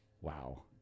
Wow